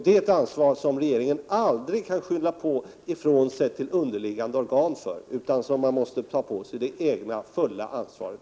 Det ansvaret kan regeringen aldrig skylla ifrån sig på underliggande organ, utan regeringen måste ta på sig det fulla ansvaret.